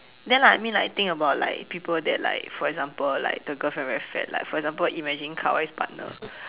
then like I mean like think about like people that like for example like the girlfriend very fat like for example imagine Kawaii's partner